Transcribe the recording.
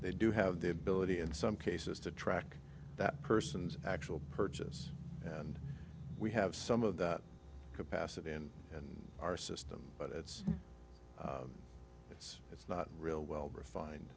they do have the ability in some cases to track that person's actual purchase and we have some of that capacity in and our system but it's it's it's not real well refine